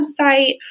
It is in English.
website